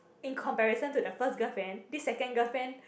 in comparison to the first girlfriend this second girlfriend